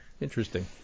Interesting